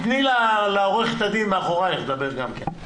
תני לעורכת הדין מאחורייך לדבר גם כן.